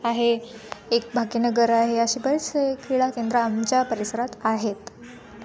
आहे एक भाग्यनगर आहे असे बरेचसे क्रीडाकेंद्रं आमच्या परिसरात आहेत